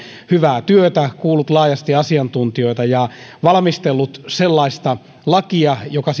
hyvää työtä kuullut laajasti asiantuntijoita ja valmistellut sellaista lakia joka